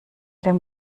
dem